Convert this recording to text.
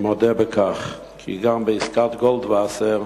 אני מודה שגם בעסקת גולדווסר